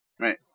Right